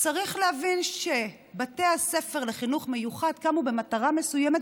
צריך להבין שבתי הספר לחינוך מיוחד קמו במטרה מסוימת,